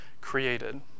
created